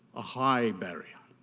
a high barrier.